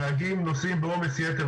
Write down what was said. נהגים נוסעים בעומס יתר,